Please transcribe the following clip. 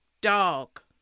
dog